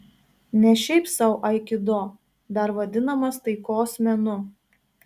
ne šiaip sau aikido dar vadinamas taikos menu